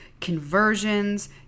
conversions